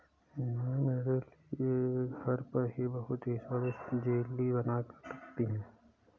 मेरी मम्मी मेरे लिए घर पर ही बहुत ही स्वादिष्ट जेली बनाकर रखती है